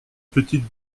petite